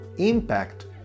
impact